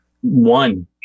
one